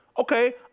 Okay